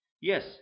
Yes